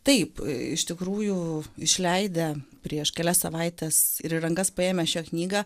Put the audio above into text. taip iš tikrųjų išleidę prieš kelias savaites ir į rankas paėmę šią knygą